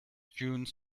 june